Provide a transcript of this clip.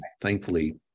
thankfully